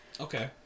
Okay